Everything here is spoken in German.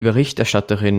berichterstatterin